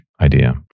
idea